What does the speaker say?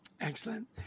excellent